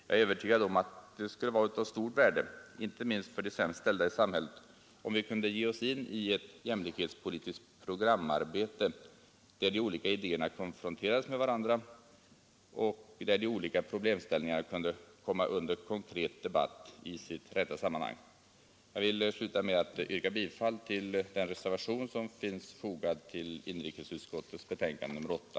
Jag är övertygad om att det skulle vara av stort värde — inte minst för de sämst ställda i samhället — om vi kunde ge oss in i ett jämlikhetspolitiskt programarbete där de olika idéerna konfronterades med varandra och där de olika problemställningarna kunde komma under konkret debatt i sitt rätta sammanhang. Jag vill sluta med att yrka bifall till den reservation som finns fogad till inrikesutskottets betänkande nr 8.